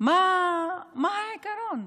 מה העיקרון,